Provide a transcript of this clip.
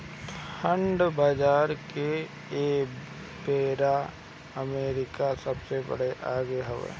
bond बाजार में एबेरा अमेरिका सबसे आगे हवे